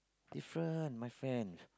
different my friend